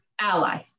ally